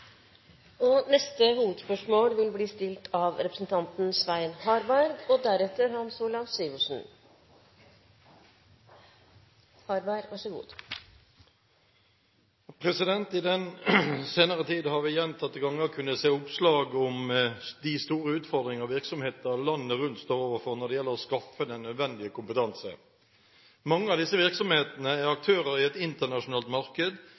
I den senere tid har vi gjentatte ganger kunnet se oppslag om de store utfordringer virksomheter landet rundt står overfor når det gjelder å skaffe den nødvendige kompetanse. Mange av disse virksomhetene er aktører i et internasjonalt marked,